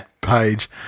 page